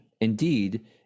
Indeed